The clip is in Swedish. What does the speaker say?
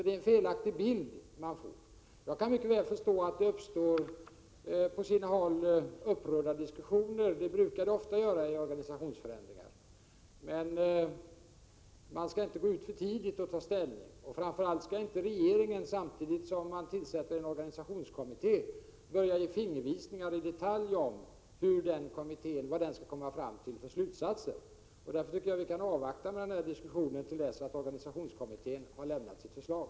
Det är alltså en felaktig bild man får. Jag kan mycket väl förstå att det på sina håll blir upprörda diskussioner. Det brukar ofta vara så vid organisationsförändringar. Man skall dock inte gå ut för tidigt och ta ställning, och framför allt skall inte regeringen samtidigt som man tillsätter en organisationskommitté börja ge fingervisningar om vilka slutsatser kommittén skall komma fram till. Mot denna bakgrund tycker jag att vi kan avvakta med att diskutera frågan till dess att organisationskommittén har lämnat sitt förslag.